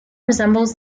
resembles